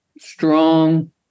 strong